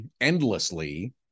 endlessly